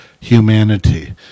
humanity